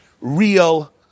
real